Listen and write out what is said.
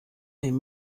dem